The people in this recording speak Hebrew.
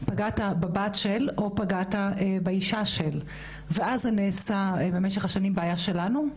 פגעת בבת של או פגעת באישה של ואז זה נעשה במשך השנים בעיה שלנו,